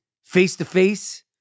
Face-to-face